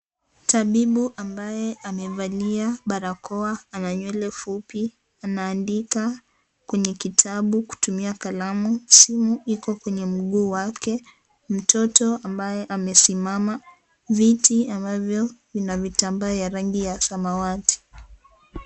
Tabibu ambaye amevalia barakoa ananywele fupi, anaandika kwenye kitabu kutumia kalamu, simu iko kwenye mguu wake, mtoto ambaye amesimama, viti ambavyo vina vitambaa vya rangi ya zamawati.